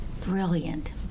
Brilliant